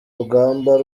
rugamba